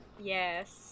Yes